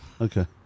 Okay